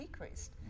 decreased